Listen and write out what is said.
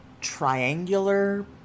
triangular